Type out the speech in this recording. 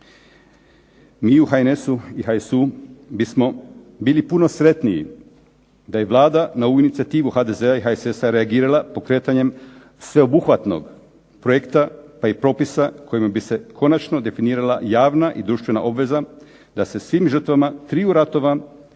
Mi u HNS-u i HSU-u bismo bili puno sretniji da je Vlada na ovu inicijativu HDZ-a i HSS-a reagirala pokretanjem sveobuhvatnog projekta, pa i propisa kojima bi se konačno definirala javna i društvena obveza da se svim žrtvama triju ratova